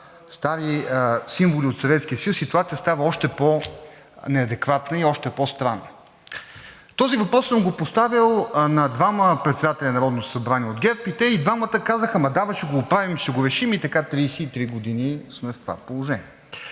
стари символи от Съветския съюз, ситуацията става още по-неадекватна и още по-странна. Този въпрос съм го поставял на двама председатели на Народното събрание от ГЕРБ и двамата казаха: ама, да, ще го оправим, ще го решим – и така 33 години сме в това положение.